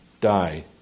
die